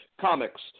Comics